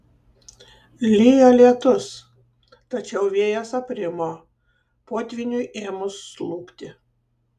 lijo lietus tačiau vėjas aprimo potvyniui ėmus slūgti